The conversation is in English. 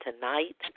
tonight